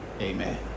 Amen